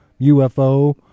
UFO